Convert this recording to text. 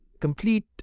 complete